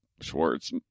Schwartz